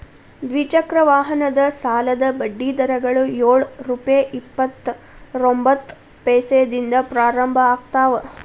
ದ್ವಿಚಕ್ರ ವಾಹನದ ಸಾಲದ ಬಡ್ಡಿ ದರಗಳು ಯೊಳ್ ರುಪೆ ಇಪ್ಪತ್ತರೊಬಂತ್ತ ಪೈಸೆದಿಂದ ಪ್ರಾರಂಭ ಆಗ್ತಾವ